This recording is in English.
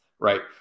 right